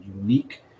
unique